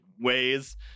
ways